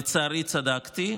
ולצערי צדקתי,